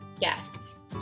yes